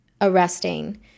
arresting